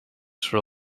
sri